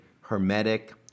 hermetic